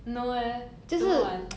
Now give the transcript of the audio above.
no eh 怎么玩